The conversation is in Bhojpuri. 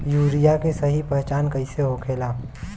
यूरिया के सही पहचान कईसे होखेला?